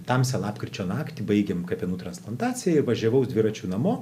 tamsią lapkričio naktį baigėm kepenų transplantaciją ir važiavau dviračiu namo